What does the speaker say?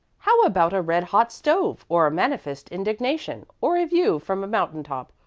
how about a red-hot stove, or manifest indignation, or a view from a mountain-top,